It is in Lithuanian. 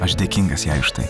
aš dėkingas jai už tai